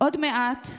עוד מעט,